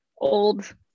old